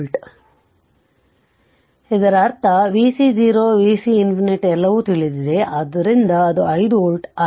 ಆದ್ದರಿಂದ ಇದರರ್ಥ vc 0 vc ∞ ಎಲ್ಲವೂ ತಿಳಿದಿದೆ ಆದ್ದರಿಂದ ಅದು 5 ವೋಲ್ಟ್ ಆಗಿದೆ